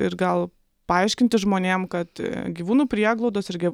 ir gal paaiškinti žmonėm kad gyvūnų prieglaudos irgi